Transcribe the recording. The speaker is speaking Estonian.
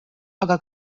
aga